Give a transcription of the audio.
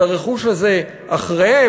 את הרכוש הזה אחריהם,